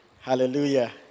Hallelujah